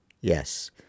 yes